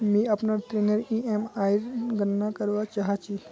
मि अपनार ऋणनेर ईएमआईर गणना करवा चहा छी